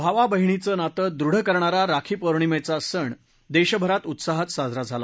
भावाबहिणीचं नातं द्रढ करणारा राखी पौर्णिमेचा सण देशभरात उत्साहात साजरा झाला